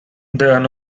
there